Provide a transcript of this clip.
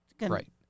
Right